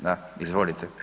Da, izvolite.